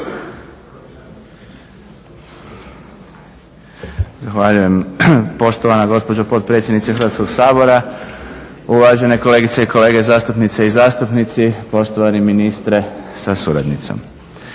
Zahvaljujem poštovana gospođo potpredsjednice Hrvatskog sabora, uvažene kolegice i kolege zastupnice i zastupnici, poštovani ministre sa suradnicom.